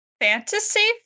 fantasy